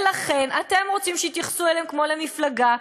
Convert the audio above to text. ולכן אתם רוצים שיתייחסו אליהם כמו למפלגה.